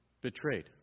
betrayed